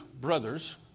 brothers